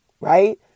right